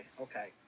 okay